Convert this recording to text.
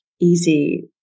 easy